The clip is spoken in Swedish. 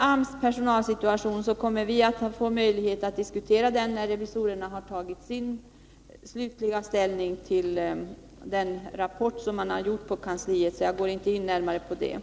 AMS-personalens situation kommer vi att få möjlighet att diskutera när revisorerna tagit sin slutliga ställning till den rapport man har gjort på kansliet, så jag går inte närmare in på den saken här.